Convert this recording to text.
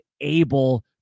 able